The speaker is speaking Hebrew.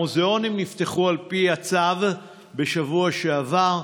מוזיאונים נפתחו לפי הצו בשבוע שעבר.